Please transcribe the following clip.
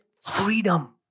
freedom